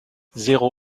zéro